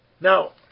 Now